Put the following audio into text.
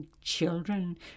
children